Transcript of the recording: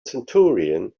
centurion